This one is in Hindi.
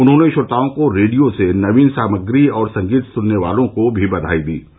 उन्होंने श्रोताओं को रेडियो से नवीन सामग्री और संगीत सुनाने वालों को भी बधाई दी है